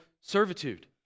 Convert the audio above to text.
servitude